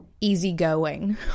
easygoing